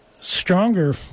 stronger